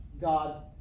God